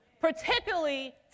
particularly